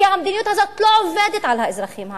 כי המדיניות הזאת לא עובדת על האזרחים הערבים.